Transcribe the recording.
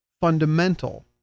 fundamental